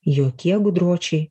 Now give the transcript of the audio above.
jokie gudročiai